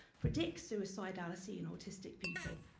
predicts suicidallity in autistic people.